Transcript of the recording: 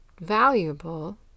valuable